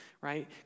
right